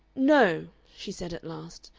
no! she said, at last,